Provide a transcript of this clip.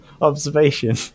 observation